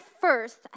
first